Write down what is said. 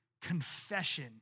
confession